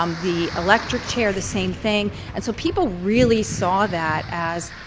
um the electric chair, the same thing. and so people really saw that as